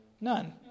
None